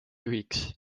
juhiks